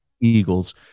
Eagles